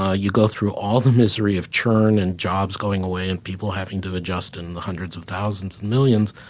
ah you go through all the misery of churn and jobs going away and people having to adjust in and the hundreds of thousands millions.